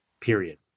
Period